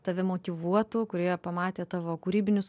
tave motyvuotų kurie pamatė tavo kūrybinius